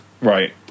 Right